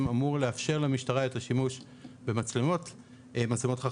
אמור לאפשר למשטרה את השימוש במצלמות חכמות.